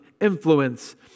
influence